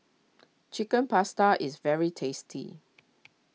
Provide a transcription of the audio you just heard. Chicken Pasta is very tasty